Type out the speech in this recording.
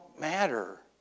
matter